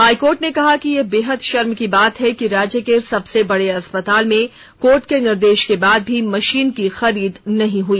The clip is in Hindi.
हाईकोर्ट ने कहा कि यह बेहद शर्म की बात है कि राज्य के सबसे बड़े अस्पताल में कोर्ट के निर्देश के बाद भी मशीन की खरीद नहीं हुई